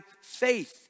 faith